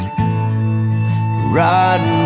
Riding